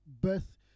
birth